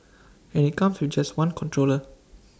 and IT comes with just one controller